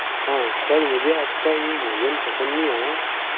हाँ सर मुझे आपका ये भोजन पसन्द नहीं आया